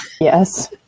Yes